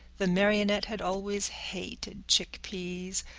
the marionette had always hated chick-peas.